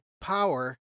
power